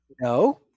No